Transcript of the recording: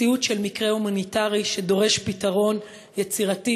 מציאות של מקרה הומניטרי שדורש פתרון יצירתי